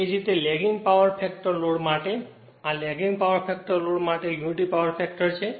એ જ રીતે lagging power factor load માટે આ લેગિંગ પાવર ફેક્ટર લોડ માટે યુનિટી પાવર ફેક્ટર છે